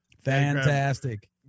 Fantastic